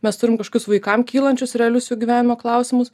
mes turim kažkokius vaikam kylančius realius jų gyvenimo klausimus